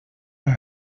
her